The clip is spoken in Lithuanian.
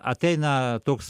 ateina toks